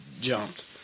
jumped